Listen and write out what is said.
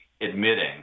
admitting